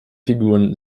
figuren